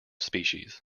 species